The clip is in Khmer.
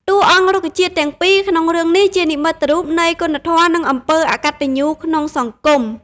តួអង្គរុក្ខជាតិទាំងពីរក្នុងរឿងនេះជានិមិត្តរូបនៃគុណធម៌និងអំពើអកតញ្ញូក្នុងសង្គម។